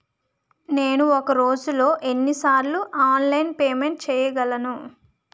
నేను ఒక రోజులో ఎన్ని సార్లు ఆన్లైన్ పేమెంట్ చేయగలను?